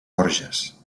borges